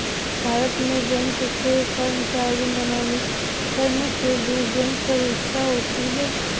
भारत में बैंक के कर्मचारी मनोनीत करने के लिए बैंक परीक्षा होती है